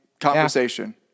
conversation